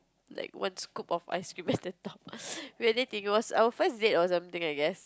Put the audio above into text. like one scoop of ice cream at the top it was the first date or something I guess